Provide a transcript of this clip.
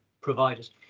providers